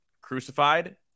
crucified